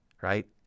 right